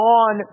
on